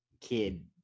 kid